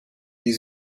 die